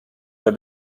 der